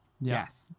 Yes